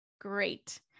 great